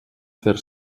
fer